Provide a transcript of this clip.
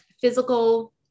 physical